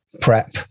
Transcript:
prep